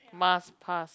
must pass